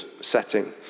setting